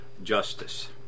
Justice